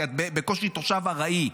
כי את בקושי תושב ארעי.